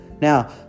Now